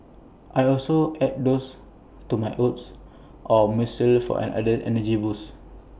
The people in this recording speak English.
I also add those to my oats or muesli for an added energy boost